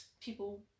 People